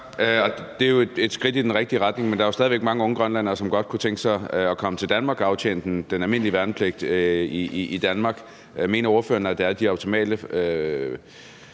Det er jo et skridt i den rigtige retning, men der er jo stadig væk mange unge grønlændere, som godt kunne tænke sig at komme til Danmark og aftjene den almindelige værnepligt her. Mener ordføreren, at der er de optimale